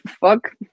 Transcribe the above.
fuck